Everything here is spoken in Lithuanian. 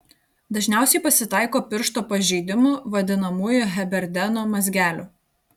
dažniausiai pasitaiko piršto pažeidimų vadinamųjų heberdeno mazgelių